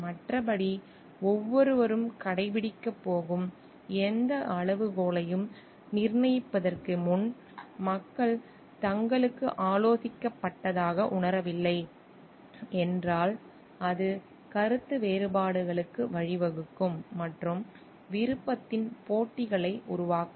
மற்றபடி ஒவ்வொருவரும் கடைபிடிக்கப் போகும் எந்த அளவுகோலையும் நிர்ணயிப்பதற்கு முன் மக்கள் தங்களுக்கு ஆலோசிக்கப்பட்டதாக உணரவில்லை என்றால் அது கருத்து வேறுபாடுகளுக்கு வழிவகுக்கும் மற்றும் விருப்பத்தின் போட்டிகளை உருவாக்கலாம்